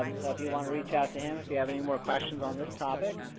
um so if you want to reach out to him if you have any more questions on this topic.